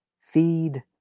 feed